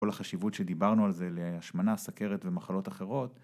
כל החשיבות שדיברנו על זה להשמנה סכרת ומחלות אחרות